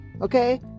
Okay